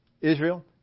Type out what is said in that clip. Israel